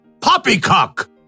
Poppycock